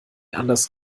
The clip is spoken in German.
anders